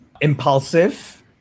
impulsive